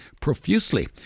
profusely